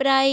প্রায়